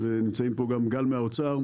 ונמצאים פה גם גל מהאוצר.